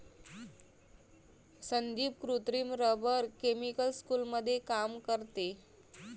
संदीप कृत्रिम rubber chemical स्कूलमध्ये काम करते